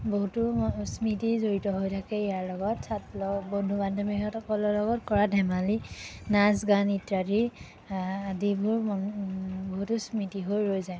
বহুতো স্মৃতি জড়িত হৈ থাকে ইয়াৰ লগত ছাত বন্ধু বান্ধৱীসকলৰ লগত কৰা ধেমালি নাচ গান ইত্যাদি আদিবোৰ বহুতো স্মৃতি হৈ ৰৈ যায়